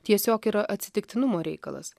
tiesiog yra atsitiktinumo reikalas